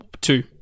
two